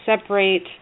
separate